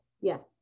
Yes